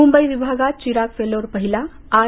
मुंबई विभागात चिराग फेलोर पहिला आर